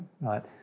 right